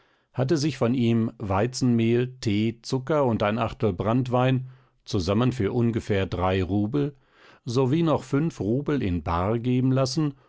hatte sich von ihm weizenmehl tee zucker und ein achtel branntwein zusammen für ungefähr drei rubel sowie noch fünf rubel in bar geben lassen